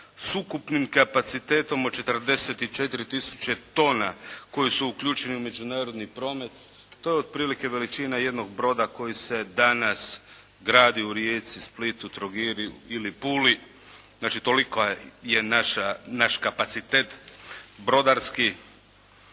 s ukupnim kapacitetom od 44 tisuće tona koji su uključeni u međunarodni promet. To je otprilike veličina jednog broda koji se danas radi u Rijeci, Splitu, Trogiru ili Puli, znači toliki je naš kapacitet brodarski.